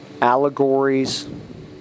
allegories